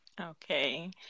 Okay